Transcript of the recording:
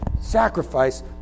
sacrifice